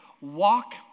walk